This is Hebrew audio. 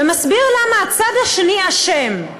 ומסביר למה הצד השני אשם,